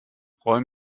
räum